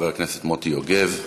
חבר הכנסת מוטי יוגב,